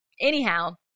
Anyhow